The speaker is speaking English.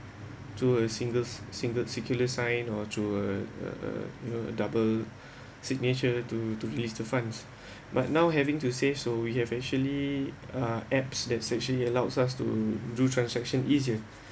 to a singles single circular sign or to uh uh you know double signature to to release the funds but now having to say so we have actually uh apps that's actually allows us to do transaction easier